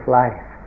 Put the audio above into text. life